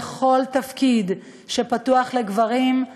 בכל תפקיד שפתוח לגברים,